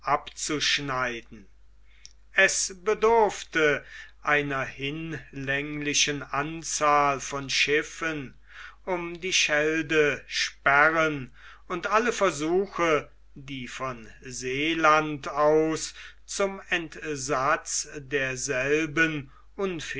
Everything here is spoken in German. abzuschneiden es bedurfte zugleich einer hinlänglichen anzahl von schiffen um die schelde sperren und alle versuche die von seeland aus zum entsatz derselben